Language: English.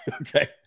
Okay